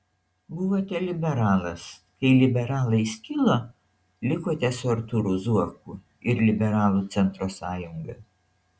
buvote liberalas kai liberalai skilo likote su artūru zuoku ir liberalų centro sąjunga